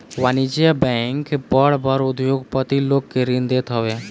वाणिज्यिक बैंक बड़ बड़ उद्योगपति लोग के ऋण देत हवे